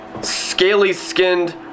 Scaly-skinned